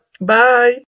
Bye